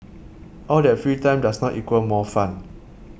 all that free time does not equal more fun